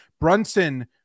Brunson